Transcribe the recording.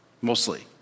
mostly